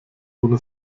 ohne